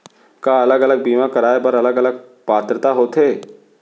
का अलग अलग बीमा कराय बर अलग अलग पात्रता होथे?